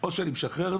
או שאני משחרר,